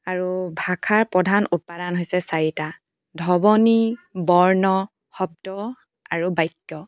আৰু ভাষাৰ প্ৰধান উপাদান হৈছে চাৰিটা ধ্বনি বৰ্ণ শব্দ আৰু বাক্য